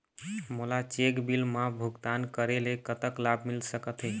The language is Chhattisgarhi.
मोला चेक बिल मा भुगतान करेले कतक लाभ मिल सकथे?